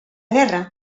guerra